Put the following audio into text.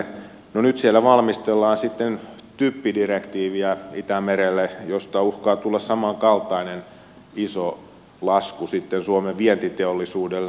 no nyt siellä valmistellaan sitten itämerelle typpidirektiiviä josta uhkaa tulla samankaltainen iso lasku sitten suomen vientiteollisuudelle